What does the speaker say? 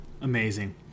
amazing